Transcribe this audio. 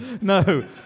No